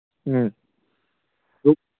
ꯎꯝ